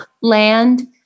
land